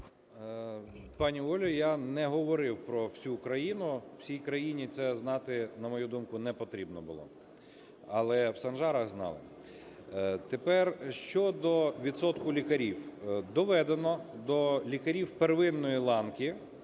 Пані Оля, я не говорив про всю Україну, всій країні це знати, на мою думку, не потрібно було, але в Санжарах знали. Тепер щодо відсотку лікарів. Доведено до лікарів первинної ланки,